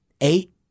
eight